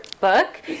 book